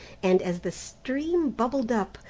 and as the stream bubbled up,